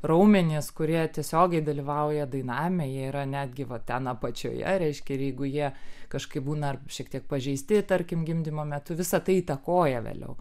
raumenys kurie tiesiogiai dalyvauja dainavime jie yra netgi va ten apačioje reiškia ir jeigu jie kažkaip būna šiek tiek pažeisti tarkim gimdymo metu visa tai įtakoja vėliau